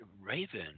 Raven